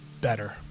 better